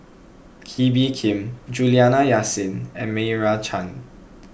Kee Bee Khim Juliana Yasin and Meira Chand